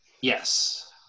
Yes